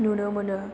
नुनो मोनो